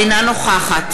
אינה נוכחת